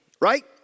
right